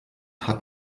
hat